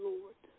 Lord